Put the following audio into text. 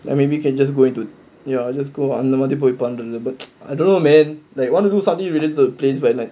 and maybe you can just go into ya just go அந்த மாதிரி போய் உட்கார்ந்துருவ:antha maathiri poi udkkaanthuruva I don't know man like you want to do suddenly relate to planes but like